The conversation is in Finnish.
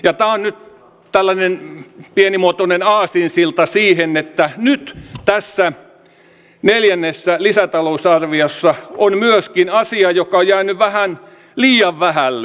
tämä on nyt tällainen pienimuotoinen aasinsilta siihen että nyt tässä neljännessä lisätalousarviossa on myöskin asia joka on jäänyt vähän liian vähälle